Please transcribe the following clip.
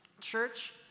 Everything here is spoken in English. church